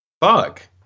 Fuck